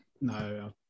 no